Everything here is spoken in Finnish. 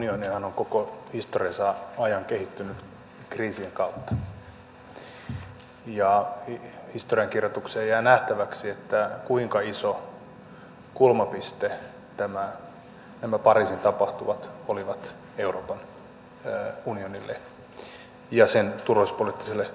euroopan unionihan on koko historiansa ajan kehittynyt kriisien kautta ja historiankirjoitukseen jää nähtäväksi kuinka iso kulmapiste nämä pariisin tapahtumat olivat euroopan unionille ja sen turvallisuuspoliittiselle ulottuvuudelle